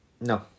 No